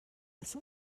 als